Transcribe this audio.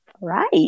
Right